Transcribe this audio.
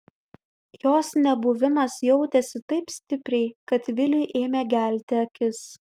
jos nebuvimas jautėsi taip stipriai kad viliui ėmė gelti akis